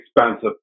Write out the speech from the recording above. expensive